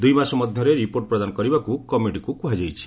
ଦୁଇ ମାସ ମଧ୍ୟରେ ରିପୋର୍ଟ ପ୍ରଦାନ କରିବାକୁ କମିଟିକୁ କୁହାଯାଇଛି